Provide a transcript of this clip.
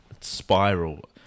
spiral